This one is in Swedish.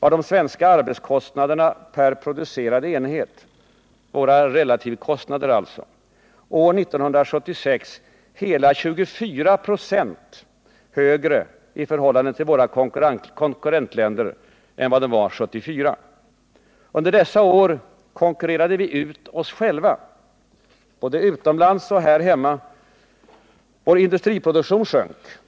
var de svenska arbetskostnaderna per producerad enhet — våra relativkostnader alltså — år 1976 hela 24 96 högre i förhållande till våra konkurrentländer än 1974. Under dessa år konkurrerade vi ut oss själva, både utomlands och här hemma. Vår industriproduktion sjönk.